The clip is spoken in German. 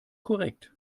korrekt